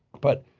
but,